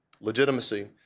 legitimacy